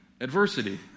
adversity